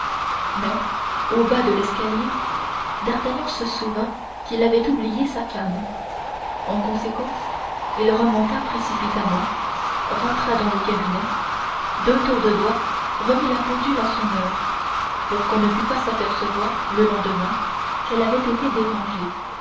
mais au bas de l'escalier d'artagnan se souvint qu'il avait oublié sa canne en conséquence il remonta précipitamment rentra dans le cabinet d'un tour de doigt remit la pendule à son heure pour qu'on ne pût pas s'apercevoir le lendemain qu'elle avait été dérangée